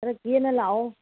ꯈꯔ ꯀꯦꯅ ꯂꯥꯛꯑꯣ